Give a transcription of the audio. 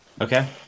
Okay